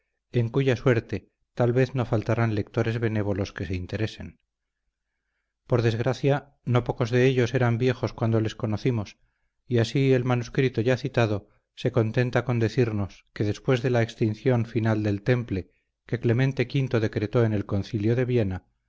en cuya suerte tal vez no faltarán lectores benévolos que se interesen por desgracia no pocos de ellos eran viejos cuando les conocimos y así el manuscrito ya citado se contenta con decirnos que después de la extinción final del temple que clemente v decretó en el concilio de viena